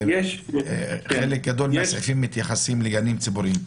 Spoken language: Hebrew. חלק גדול מהסעיפים מתייחסים לגנים ציבוריים.